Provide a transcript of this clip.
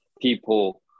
people